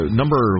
number